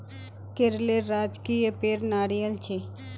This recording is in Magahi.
केरलेर राजकीय पेड़ नारियल छे